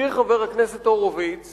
הזכיר חבר הכנסת הורוביץ